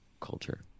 culture